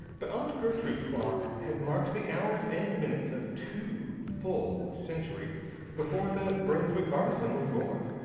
but aunt gertrude's clock had marked the hours and minutes of two full centuries before the brunswick artisan was born.